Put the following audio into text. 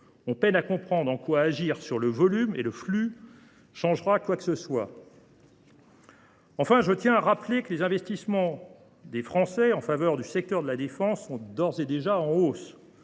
On peine à comprendre en quoi agir sur le volume et le flux changera quoi que ce soit. Enfin, je tiens à rappeler que les investissements des Français en faveur du secteur de la défense sont d’ores et déjà en hausse.